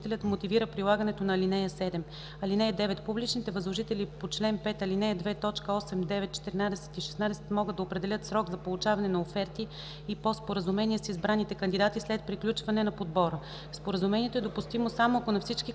възложителят мотивира прилагането на ал. 7. (9) Публичните възложители по чл. 5, ал. 2, т. 8, 9, 14 и 16 могат да определят срок за получаване на оферти и по споразумение с избраните кандидати след приключване на подбора. Споразумението е допустимо само ако на всички